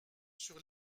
sur